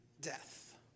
death